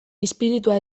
izpiritua